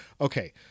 okay